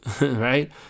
Right